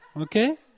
okay